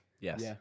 Yes